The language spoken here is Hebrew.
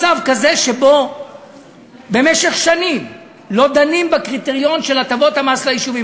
מצב כזה שבו במשך שנים לא דנים בקריטריון של הטבות המס ליישובים.